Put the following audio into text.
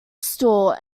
store